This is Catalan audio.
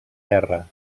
terra